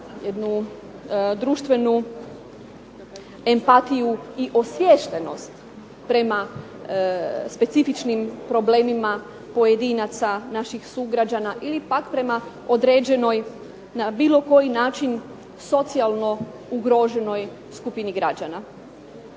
jednu društvenu empatiju i osviještenost prema specifičnim problemima pojedinaca, naših sugrađana ili pak prema određenoj, na bilo koji način socijalno ugroženoj skupini građana.